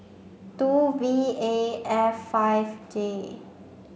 two V A F five J